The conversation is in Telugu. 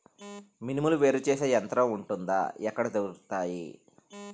మినుములు వేరు చేసే యంత్రం వుంటుందా? ఎక్కడ దొరుకుతాయి?